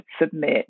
submit